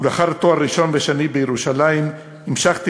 ולאחר תואר ראשון ושני בירושלים המשכתי